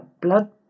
blood